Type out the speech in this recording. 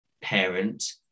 parent